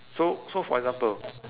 so so for example